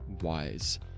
wise